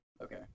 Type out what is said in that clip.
Okay